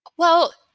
well,